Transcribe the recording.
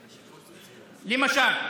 למשל,